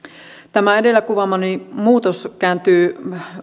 tämä edellä kuvaamani muutos kääntyy